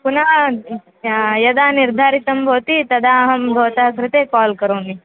पुनः यदा निर्धारितं भवति तदा अहं भवतः कृते काल् करोमि